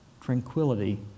tranquility